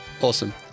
Awesome